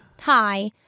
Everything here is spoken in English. Hi